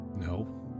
No